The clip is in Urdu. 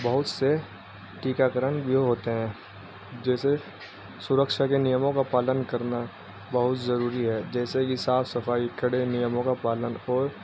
بہت سے ٹیکا کرن بھی ہوتے ہیں جیسے سرکشا کے نیموں کا پالن کرنا بہت ضروری ہے جیسے کہ صاف صفائی کھڑے نیموں کا پالن اور